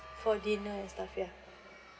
for dinner stuff ya